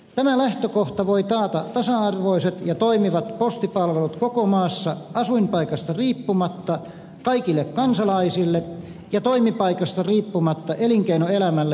tämä lähtökohta voi taata tasa arvoiset ja toimivat postipalvelut koko maassa asuinpaikasta riippumatta kaikille kansalaisille ja toimipaikasta riippumatta elinkeinoelämälle ja yrityksille